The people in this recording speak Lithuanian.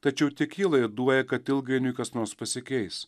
tačiau tik ji laiduoja kad ilgainiui kas nors pasikeis